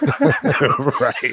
Right